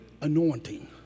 anointing